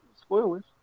spoilers